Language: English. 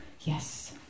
Yes